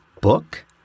book